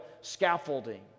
scaffolding